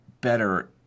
better